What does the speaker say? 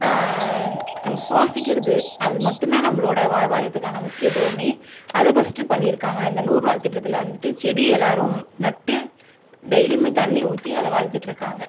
நம்ம சுவாசிக்கிறது அது மட்டும் தான் நம்மளோடய வாழ்வாதாரதுக்கான முக்கியதுவமே அதை ஃபஸ்ட்டு பண்ணிருக்காங்கள் இந்த நூறு நாள் திட்டத்தில் வந்துகிட்டு செடி எல்லாரும் நட்டு டெய்லியுமே தண்ணி ஊற்றி அதை வளர்த்துட்டு இருகாங்கள்